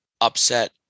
upset